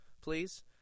please